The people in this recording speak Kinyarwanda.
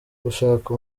gushaka